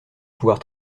pouvoir